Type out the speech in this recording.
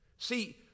See